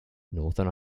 northern